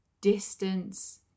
distance